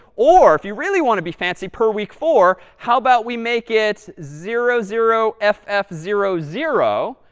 or if you really want to be fancy, per week four, how about we make it zero zero f f zero zero,